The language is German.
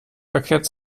verkehrt